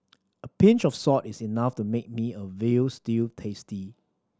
a pinch of salt is enough to make a meal veal stew tasty